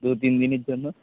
দু তিন দিনের জন্য